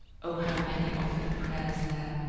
o how many offered prayers there,